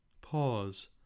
Pause